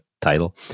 title